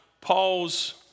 Paul's